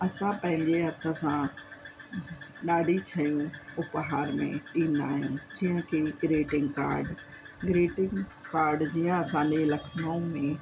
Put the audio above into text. असां पंहिंजे हथ सां ॾाढी शयूं उपहार में ॾींदा आहिनि जीअं कि ग्रिटिंग काड ग्रिटिंग काड जीअं असांजे लखनऊ में